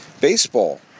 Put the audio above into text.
baseball